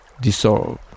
dissolve